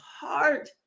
heart